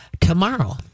tomorrow